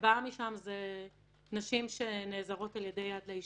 ארבעה מהמקרים שם זה נשים שנעזרות על ידי "יד לאישה".